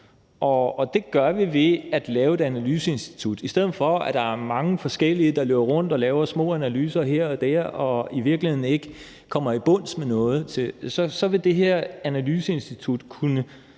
det gør vi ved at lave et analyseinstitut. I stedet for at der er mange forskellige, der løber rundt og laver små analyser her og der og i virkeligheden ikke kommer til bunds i noget, så vil det her analyseinstitut kunne